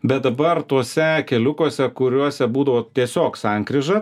bet dabar tuose keliukuose kuriuose būdavo tiesiog sankryža